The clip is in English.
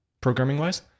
programming-wise